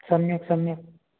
सम्यक् सम्यक्